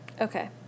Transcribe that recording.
Okay